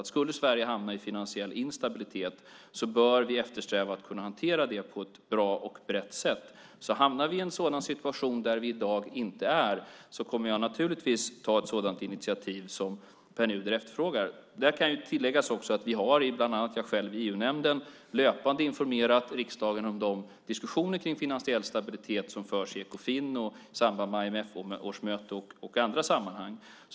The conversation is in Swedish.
Om Sverige skulle hamna i finansiell instabilitet bör vi eftersträva att hantera det på ett bra och brett sätt. Hamnar vi i en sådan situation där vi i dag inte är kommer jag naturligtvis att ta ett sådant initiativ som Pär Nuder efterfrågar. Jag kan också tillägga att bland andra jag själv i EU-nämnden löpande har informerat riksdagen om de diskussioner kring finansiell stabilitet som förs i Ekofin och i samband med IMF-årsmöte och i andra sammanhang.